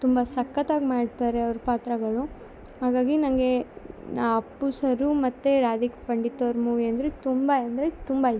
ತುಂಬ ಸಕ್ಕತಾಗಿ ಮಾಡ್ತಾರೆ ಅವ್ರ ಪಾತ್ರಗಳು ಹಾಗಾಗಿ ನನಗೆ ಆ ಅಪ್ಪು ಸರು ಮತ್ತು ರಾಧಿಕಾ ಪಂಡಿತವ್ರು ಮೂವಿ ಅಂದರೆ ತುಂಬ ಅಂದರೆ ತುಂಬ ಇಷ್ಟ